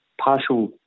partial